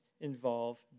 involve